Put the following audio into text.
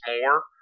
more